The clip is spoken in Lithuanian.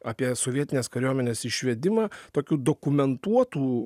apie sovietinės kariuomenės išvedimą tokių dokumentuotų